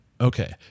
Okay